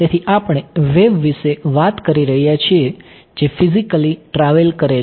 તેથી આપણે વેવ વિશે વાત કરી રહ્યા છીએ જે ફિઝિકલી ટ્રાવેલ કરે છે